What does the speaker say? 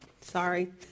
Sorry